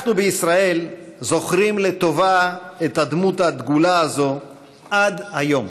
אנחנו בישראל זוכרים לטובה את הדמות הדגולה הזו עד היום,